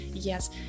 Yes